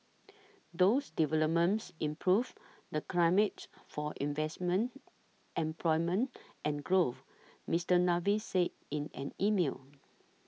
those developments improve the climate for investment employment and growth Mister Davis said in an email